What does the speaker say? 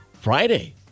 Friday